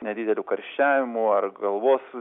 nedideliu karščiavimu ar galvos